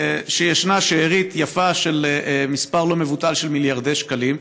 ישנה שארית יפה של מספר לא מבוטל של מיליארדי שקלים,